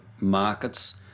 markets